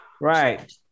Right